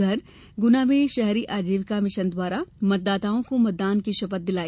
उधर ग्ना में शहरी आजीविका मिशन द्वारा मतदाताओं को मतदान की शपथ दिलाई